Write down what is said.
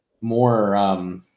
more